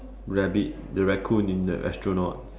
rabbit the raccoon in the astronaut